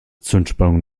zündspannung